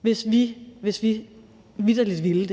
Hvis vi vitterlig ville